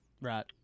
Right